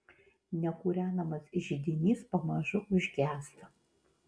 nekūrenamas židinys pamažu užgęsta